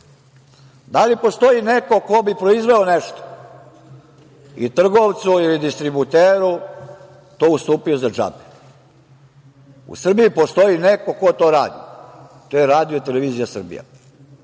Da li postoji neko ko bi proizveo nešto i trgovcu ili distributeru to ustupio za džabe? U Srbiji postoji neko ko to radi. To je RTS. Na SBB